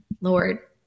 Lord